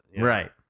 Right